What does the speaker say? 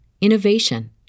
innovation